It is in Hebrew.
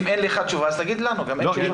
אם אין לך תשובה אז תגיד לנו שאין תשובה.